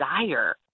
desire